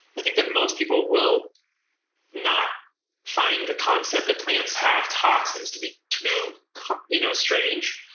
i think that most people will not find the concept that plants have toxins to be too you know strange.